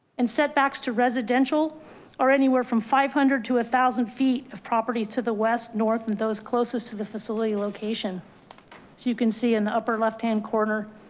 and setbacks to residential are anywhere from five hundred to a thousand feet of property to the west north, and those closest to the facility location. so you can see in the upper left hand corner